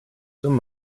zum